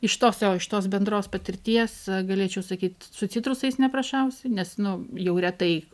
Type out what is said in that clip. iš tos jo iš tos bendros patirties galėčiau sakyt su citrusais neprašausi nes nu jau retai